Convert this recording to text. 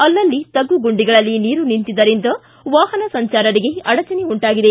ಅಲ್ಲಲ್ಲಿ ತಗ್ಗು ಗುಂಡಿಗಳಲ್ಲಿ ನೀರು ನಿಂತಿದ್ದರಿಂದ ವಾಹನ ಸಂಚಾರರಿಗೆ ಅಡಚಣೆ ಉಂಟಾಗಿದೆ